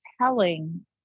telling